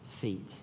feet